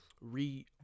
re